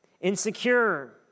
insecure